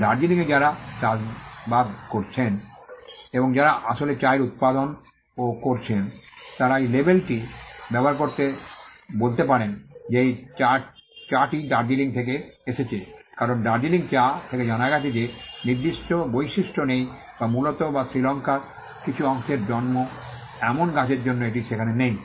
দার্জিলিংয়ে যারা চাষাবাদ করছেন এবং যারা আসলে চায়ের উত্পাদন ও করছেন তারা এই লেবেলটি ব্যবহার করে বলতে পারেন যে এই চাটি দার্জিলিং থেকে এসেছে কারণ দার্জিলিং চা থেকে জানা গেছে যে নির্দিষ্ট বৈশিষ্ট্য নেই যা মূলত বা শ্রীলঙ্কার কিছু অংশে জন্মে এমন গাছের জন্য এটি সেখানে নেই